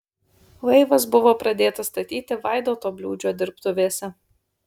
laivas buvo pradėtas statyti vaidoto bliūdžio dirbtuvėse